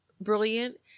brilliant